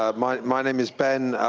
ah my my name is ben.